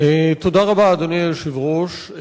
תודה רבה, אדוני היושב-ראש.